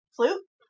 Flute